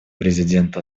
президент